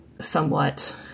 somewhat